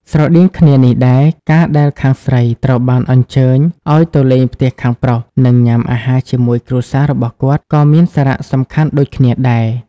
ស្រដៀងគ្នានេះដែរ ការដែលខាងស្រីត្រូវបានអញ្ជើញឲ្យទៅលេងផ្ទះខាងប្រុស និងញ៉ាំអាហារជាមួយគ្រួសាររបស់គាត់ ក៏មានសារៈសំខាន់ដូចគ្នាដែរ។